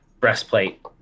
breastplate